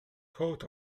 coat